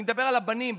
אני מדבר על הבנים,